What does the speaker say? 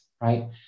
right